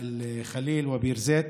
חברון וביר זית.)